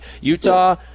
Utah